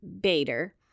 Bader